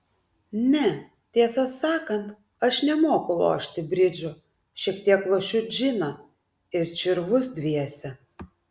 ne tiesą sakant aš nemoku lošti bridžo šiek tiek lošiu džiną ir čirvus dviese